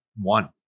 one